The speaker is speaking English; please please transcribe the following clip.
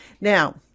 Now